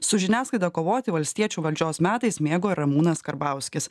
su žiniasklaida kovoti valstiečių valdžios metais mėgo ir ramūnas karbauskis